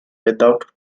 without